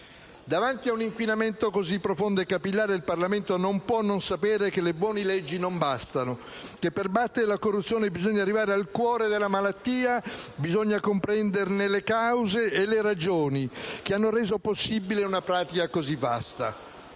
Davanti a un inquinamento così profondo e capillare, il Parlamento non può non sapere che le buone leggi non bastano, che per battere la corruzione bisogna arrivare al cuore della malattia e comprendere le cause e le ragioni che hanno reso possibile una pratica così vasta.